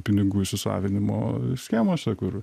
pinigų įsisavinimo schemose kur